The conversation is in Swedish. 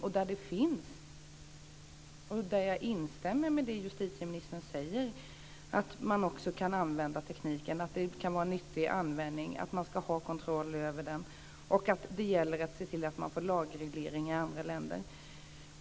I fråga om detta instämmer jag i det som justitieministern säger, att man också kan använda tekniken, att det kan vara en nyttig användning, att man ska ha kontroll över den och att det gäller att se till att man får lagreglering i andra länder.